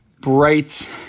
bright